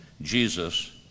Jesus